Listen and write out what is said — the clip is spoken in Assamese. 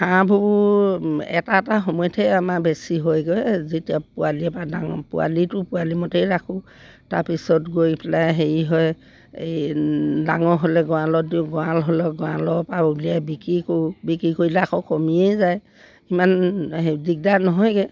হাঁহবোৰ এটা এটা সময়তহে আমাৰ বেছি হয়গৈ যেতিয়া পোৱালিৰপৰা ডাঙৰ পোৱালিটো পোৱালি মতেই ৰাখোঁ তাৰপিছত গৈ পেলাই হেৰি হয় এই ডাঙৰ হ'লে গড়ালত দিওঁ গড়াল হ'লেও গড়ালৰপৰা উলিয়াই বিক্ৰী কৰোঁ বিক্ৰী কৰিলে আকৌ কমিয়েই যায় সিমান হেৰি দিগদাৰ নহয়গৈ